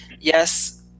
Yes